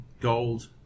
gold